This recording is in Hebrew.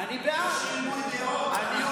במפלגה דמוקרטית יש ריבוי דעות.